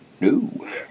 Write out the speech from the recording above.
No